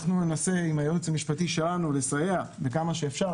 אנחנו ננסה יחד עם הייעוץ המשפטי שלנו לסייע כמה שאפשר.